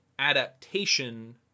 adaptation